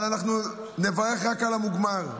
אבל אנחנו נברך רק על המוגמר.